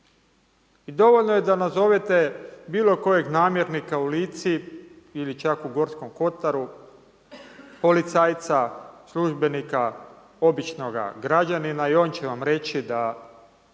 I dovoljno je da nazovete bilo kojeg namjernika u Lici ili čak u Gorskom Kotaru, policajca, službenika, običnoga građanina i on će vam reći da